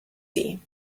see